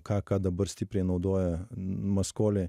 ką ką dabar stipriai naudoja maskoliai